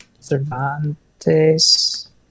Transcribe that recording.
Cervantes